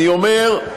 אני אומר,